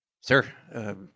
Sir